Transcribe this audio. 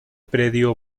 predio